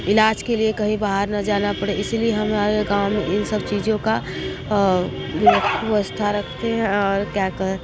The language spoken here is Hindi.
इलाज के लिए कहीं बाहर न जाना पड़े इसलिए हमारे गाँव में इन सब चीज़ों का व्यवस्था रखते हैं और क्या कह